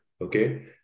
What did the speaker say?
okay